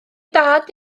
dad